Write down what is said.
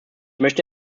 möchte